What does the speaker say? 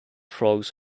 frogs